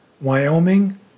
Wyoming